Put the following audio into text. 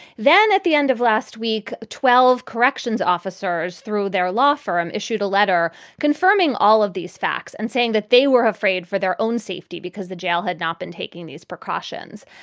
then at the end of last week, twelve corrections officers through their law firm issued a letter confirming all of these facts and saying that they were afraid for their own safety because the jail had not been taking these precautions.